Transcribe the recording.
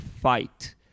fight